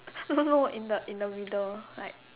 no in the in the middle like